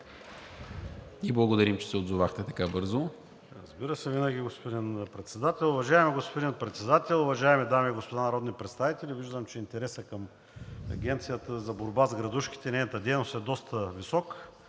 и благодарим, че се отзовахте така бързо.